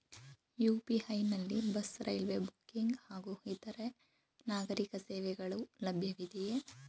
UPI ನಲ್ಲಿ bus, railway booking ಹಾಗೂ ಇತರೆ ನಾಗರೀಕ ಸೇವೆಗಳು ಲಭ್ಯವಿದೆಯೇ?